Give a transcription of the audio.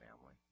family